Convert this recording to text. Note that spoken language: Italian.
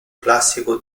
classico